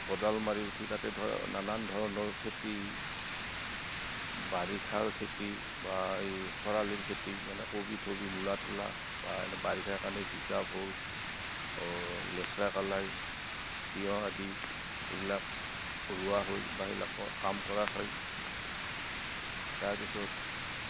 কোদাল মাৰি উঠি তাতে ধৰ নানান ধৰণৰ খেতি বাৰিষাৰ খেতি বা এই খৰালিৰ খেতি যেনে কবি থবি মূলা থূলা বা বাৰিষাৰ কাৰণে জিকা ভোল লেচৰা কালাই তিয়ঁহ আদি এইবিলাক ৰোৱা হয় বা সেইবিলাক কাম কৰা হয় তাৰপিছত